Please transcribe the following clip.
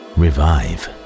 revive